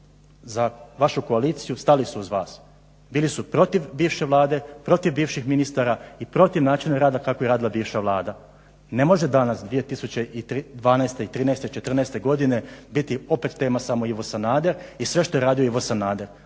za vašu koaliciju stali su uz vas, bili su protiv bivše Vlade, protiv bivših ministara i protiv načina rada kako je radila bivša Vlada. Ne može danas 2012. i trinaeste, četrnaeste godine biti opet tema samo Ivo Sanader i sve što je radio Ivo Sanader.